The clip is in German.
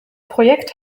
projekt